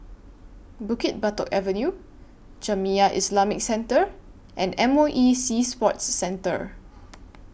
Bukit Batok Avenue Jamiyah Islamic Centre and M O E Sea Sports Centre